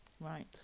Right